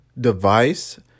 device